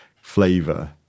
flavor